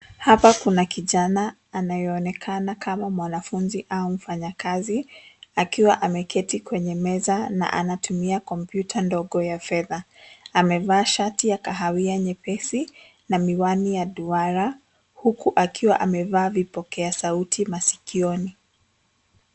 Hapa kuna kijana anayeonekana kama mwanafunzi au mfanyakazi akiwa ameketi kwenye meza na anatumia kompyuta ndogo ya fedha. Amevaa shati ya kahawia nyepesi na miwani ya duara huku akiwa amevaa vipokea sauti masikioni.